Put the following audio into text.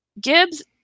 Gibbs